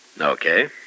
Okay